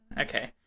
Okay